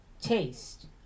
taste